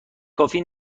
کافی